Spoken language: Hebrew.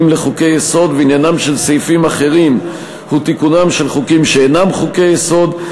לחוקי-יסוד ועניינם של סעיפים אחרים הוא תיקונם של חוקים שאינם חוקי-יסוד,